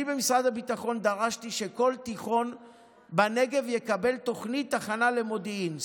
אני במשרד הביטחון דרשתי שכל תיכון בנגב יקבל תוכנית הכנה למודיעין,